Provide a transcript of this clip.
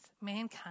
mankind